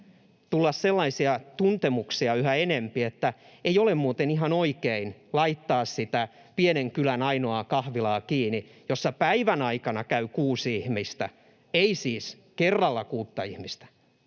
enempi sellaisia tuntemuksia, että ei ole muuten ihan oikein laittaa kiinni sitä pienen kylän ainoaa kahvilaa, jossa päivän aikana käy kuusi ihmistä — ei siis kerralla kuutta ihmistä